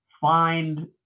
find